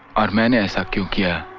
um and satya